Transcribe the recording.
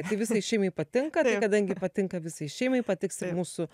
tai visai šeimai patinka tai kadangi patinka visai šeimai patiks ir mūsų